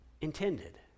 intended